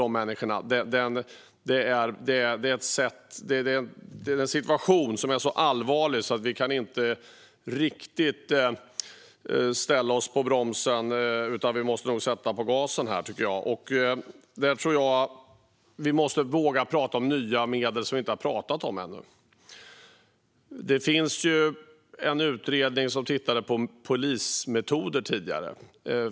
Det är en situation som är så allvarlig att vi inte kan ställa oss på bromsen - vi måste trycka på gasen här, tycker jag. Jag tror att vi måste våga prata om nya medel som vi inte har pratat om ännu. Det gjordes tidigare en utredning som tittade på polismetoder.